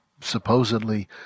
supposedly